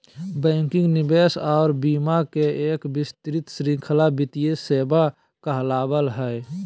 banking, निवेश आर बीमा के एक विस्तृत श्रृंखला वित्तीय सेवा कहलावय हय